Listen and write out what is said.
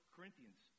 Corinthians